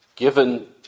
given